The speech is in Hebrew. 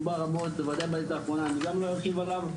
דובר המון בוודאי בעת האחרונה אני גם לא ארחיב עליו,